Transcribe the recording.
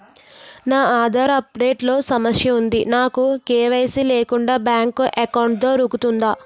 నా Aadhaar update లో సమస్య వుంది నాకు కే.వై.సీ లేకుండా బ్యాంక్ ఎకౌంట్దొ రుకుతుందా?